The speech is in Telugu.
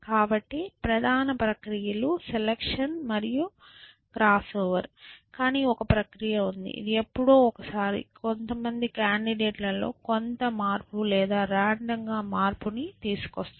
కాబట్టి ప్రధాన ప్రక్రియలు సెలక్షన్ మరియు క్రాస్ ఓవర్ కానీ ఒక ప్రక్రియ ఉంది ఇది ఎప్పుడో ఒకసారి కొంతమంది కాండిడేట్ లలో కొంత మార్పు లేదా రాండమ్ గా మార్పును తీసుకొస్తుంది